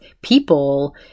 people